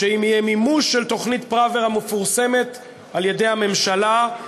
שאם יהיה מימוש של תוכנית פראוור המפורסמת על-ידי הממשלה,